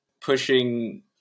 pushing